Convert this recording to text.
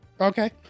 okay